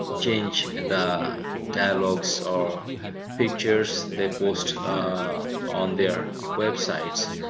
change and the dialogues or pictures they post on their websites.